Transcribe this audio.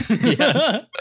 Yes